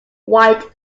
white